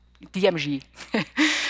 DMG